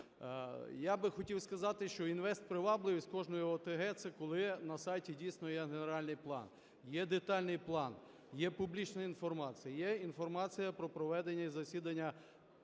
Я би хотів сказати, що інвестпривабливість кожної ОТГ – це коли на сайті дійсно є генеральний план, є детальний план, є публічна інформація, є інформація про проведення засідань… своїх